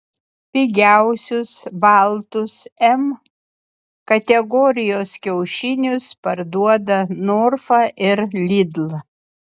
pigiausius baltus m kategorijos kiaušinius parduoda norfa ir lidl